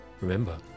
Remember